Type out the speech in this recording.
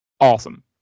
awesome